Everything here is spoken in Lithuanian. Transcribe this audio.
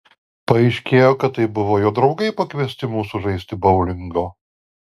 paaiškėjo kad tai buvo jo draugai pakviesti mūsų žaisti boulingo